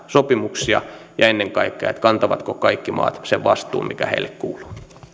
sopimuksia ja ennen kaikkea kantavatko kaikki maat sen vastuun mikä heille kuuluu